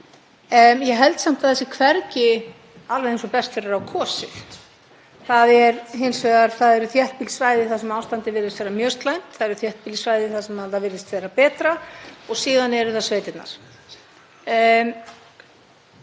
Ég held samt að það sé hvergi alveg eins og best verður á kosið. Það eru þéttbýl svæði þar sem ástandið virðist vera mjög slæmt, það eru þéttbýl svæði þar sem það virðist vera betra og síðan eru það sveitirnar.